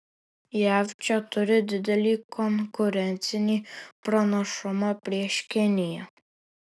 jav čia turi didelį konkurencinį pranašumą prieš kiniją